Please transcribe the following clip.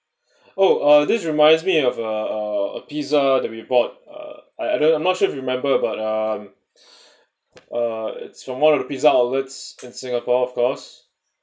oh uh this reminds me of uh a pizza the report ah I don't I'm not sure I remember about um uh it's from one of the pizza outlets in singapore of course